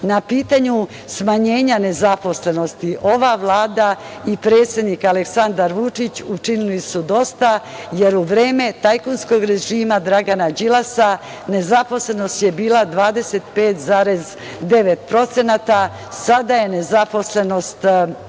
Na pitanju smanjenja nezaposlenosti ova Vlada i predsednik Aleksandar Vučić učinili su dosta, jer u vreme tajkunskog režima Dragana Đilasa nezaposlenost je bila 25,9%. Sada je nezaposlenost